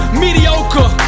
mediocre